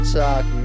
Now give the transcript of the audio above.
talk